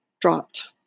dropped